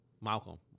Malcolm